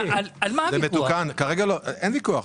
אין ויכוח.